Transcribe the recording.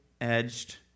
edged